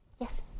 Yes